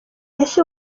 ese